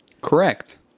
Correct